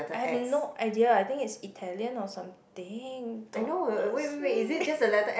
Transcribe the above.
I have no idea I think it's Italian or something don't ask me